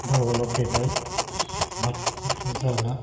दावनाव फैबाय बाद खेथिफोरा जाला